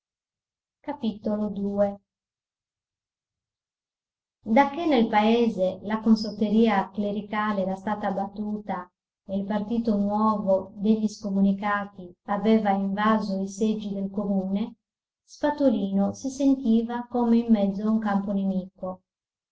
cristo mio dacché nel paese la consorteria clericale era stata battuta e il partito nuovo degli scomunicati aveva invaso i seggi del comune spatolino si sentiva come in mezzo a un campo nemico